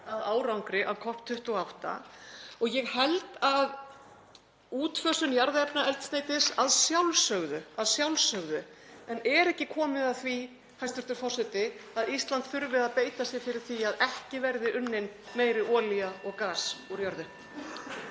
að árangri COP28. Og ég held að — útfösun jarðefnaeldsneytis, að sjálfsögðu. En er ekki komið að því, hæstv. forseti, að Ísland þurfi að beita sér fyrir því að ekki verði unnin meiri olía og gas úr jörðu?